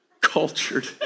cultured